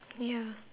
ya